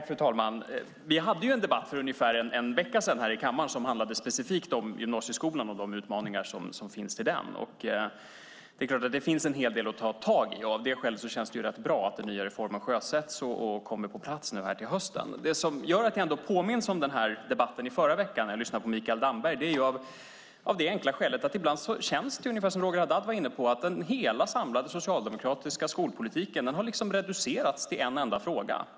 Fru talman! Vi hade en debatt för ungefär en vecka sedan här i kammaren som handlade specifikt om gymnasieskolan och de utmaningar som finns i den. Det är klart att det finns en hel del att ta tag i. Av det skälet känns det rätt bra att den nya reformen sjösätts och kommer på plats till hösten. Det som gör att jag ändå påminns om debatten förra veckan när jag lyssnar på Mikael Damberg är det enkla skälet att det ibland känns som om, ungefär som Roger Haddad var inne på, hela den samlade socialdemokratiska skolpolitiken liksom har reducerats till en enda fråga.